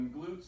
glutes